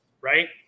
right